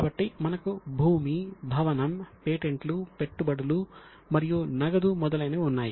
కాబట్టి మనకు భూమి భవనం పేటెంట్లు మరియు నగదు మొదలైనవి ఉన్నాయి